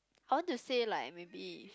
I want to say like maybe